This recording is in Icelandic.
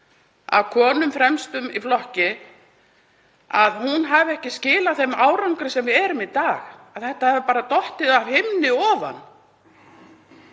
með konum fremstum í flokki, hafi ekki skilað þeim árangri sem við höfum náð í dag, að þetta hafi bara dottið af himni ofan.